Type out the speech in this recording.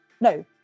no